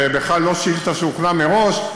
בכלל לא שאילתה שהוכנה מראש,